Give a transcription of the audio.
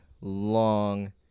long